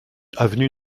avenue